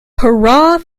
hurrah